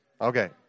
Okay